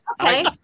okay